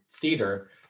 theater